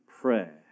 prayer